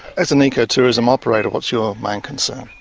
as an ecotourism operator what's your main concern?